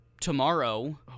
tomorrow